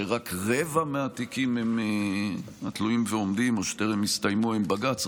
שרק רבע מהתיקים תלויים ועומדים או שטרם הסתיימו בבג"ץ,